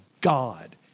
God